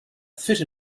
fit